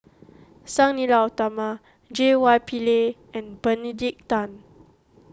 Sang Nila Utama J Y Pillay and Benedict Tan